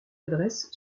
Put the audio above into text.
adresse